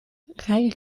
rijke